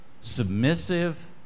submissive